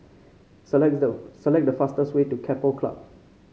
select the select the fastest way to Keppel Club